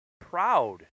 proud